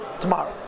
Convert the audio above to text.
tomorrow